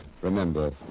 Remember